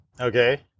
Okay